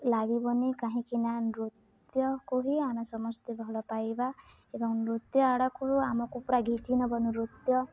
ଲାଗିବନି କାହିଁକି ନା ନୃତ୍ୟକୁ ହିଁ ଆମେ ସମସ୍ତେ ଭଲ ପାଇବା ଏବଂ ନୃତ୍ୟ ଆଡ଼କୁ ଆମକୁ ପୁରା ନେବ ନୃତ୍ୟ